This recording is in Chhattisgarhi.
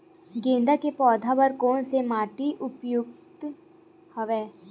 गेंदा के पौधा बर कोन से माटी उपयुक्त हवय?